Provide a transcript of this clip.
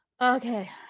Okay